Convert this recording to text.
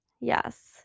yes